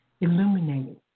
illuminating